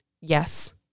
Yes